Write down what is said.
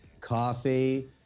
coffee